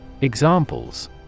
Examples